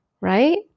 right